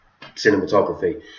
cinematography